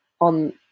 on